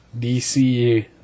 DC